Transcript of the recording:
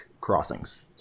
crossings